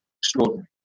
extraordinary